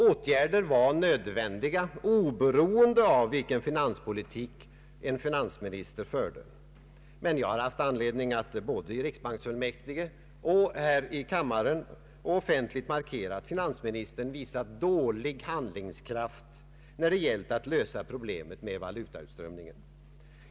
Åtgärder var nödvändiga, oberoende av vilken finanspolitik finansministern förde. Men jag har haft anledning att i riksbanksfullmäktige, här i kammaren och offentligt markera att finansministern visat dålig handlingskraft när det gällt att hjälpa till att lösa problemet med valutautströmningen.